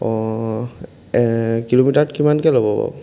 অঁ অঁ কিলোমিটৰত কিমানকৈ ল'ব বাৰু